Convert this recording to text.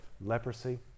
leprosy